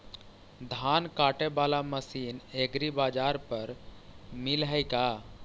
धान काटे बाला मशीन एग्रीबाजार पर मिल है का?